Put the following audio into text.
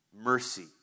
mercy